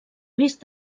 risc